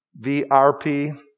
VRP